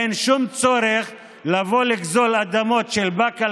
אין שום צורך לבוא לגזול אדמות של באקה